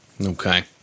Okay